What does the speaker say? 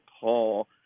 Paul